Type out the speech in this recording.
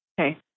Okay